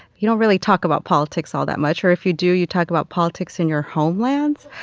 you don't really talk about politics all that much, or if you do, you talk about politics in your homelands.